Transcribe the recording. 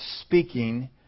speaking